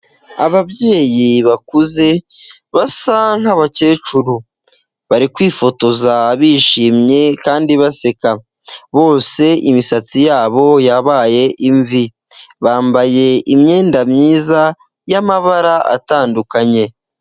Ababyeyi bakuze basa NK'abakecuru bari kwifotoza bishimye kandi baseka bose imisatsi yabo yabaye imvi, bambaye imyenda myiza y'amabara atandukanye.